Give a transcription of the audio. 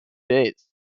days